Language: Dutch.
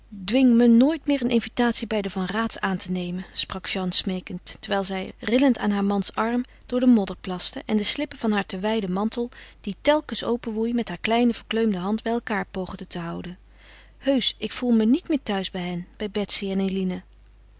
dwing me nooit meer een invitatie bij de van raats aan te nemen sprak jeanne smeekend terwijl zij rillend aan haar mans arm door de modder plaste en de slippen van haar te wijden mantel die telkens openwoei met haar kleine verkleumde hand bij elkaâr poogde te houden heusch ik voel me niet meer thuis bij hen bij betsy en eline